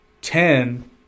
ten